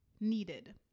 needed